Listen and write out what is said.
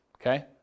Okay